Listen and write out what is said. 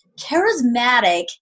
charismatic